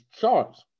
charts